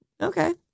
Okay